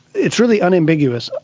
it's really unambiguous,